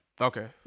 Okay